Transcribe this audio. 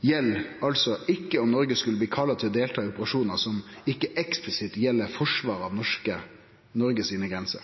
gjeld altså ikkje om Noreg skulle bli kalla til å delta i operasjonar som ikkje eksplisitt gjeld forsvaret av Noregs grenser.